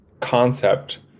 concept